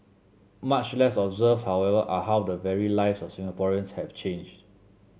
much less observed however are how the very lives of Singaporeans have changed